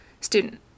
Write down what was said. Student